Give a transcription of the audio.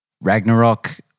Ragnarok